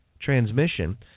transmission